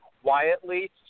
Quietly